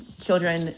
children